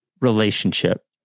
relationship